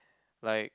like